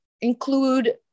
include